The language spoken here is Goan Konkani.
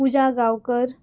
पुजा गांवकर